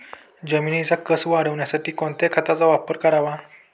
जमिनीचा कसं वाढवण्यासाठी कोणत्या खताचा वापर करावा?